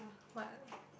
what